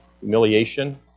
Humiliation